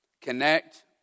Connect